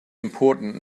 important